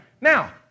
Now